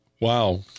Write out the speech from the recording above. Wow